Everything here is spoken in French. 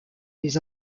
les